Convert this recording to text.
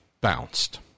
bounced